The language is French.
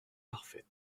parfaite